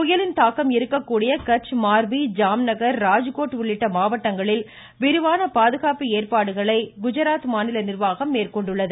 புயலின் தாக்கம் இருக்க கூடிய கட்ச் மார்பி ஜாம் நகர் ராஜ்கோட் உள்ளிட்ட மாவட்டங்களில் விரிவான பாதுகாப்பு ஏற்பாடுகளை மாநில நிர்வாகம் மேற்கொண்டுள்ளது